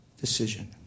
decision